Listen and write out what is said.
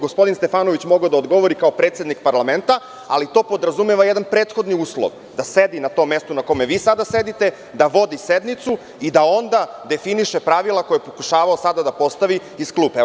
Gospodin Stefanović bi mogao da odgovori kao predsednik parlamenta, ali to podrazumeva jedan prethodni uslov, a to je da sedi na tom mestu na kom vi sada sedite, da vodi sednicu i da onda definiše pravila koja je pokušavao sada da postavi iz klupe.